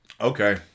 okay